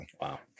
Wow